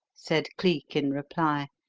said cleek in reply.